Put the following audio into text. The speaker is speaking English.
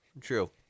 true